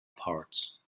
parts